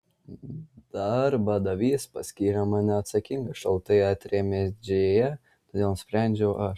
darbdavys paskyrė mane atsakinga šaltai atrėmė džėja todėl sprendžiu aš